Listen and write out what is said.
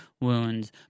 wounds